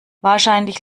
wahrscheinlich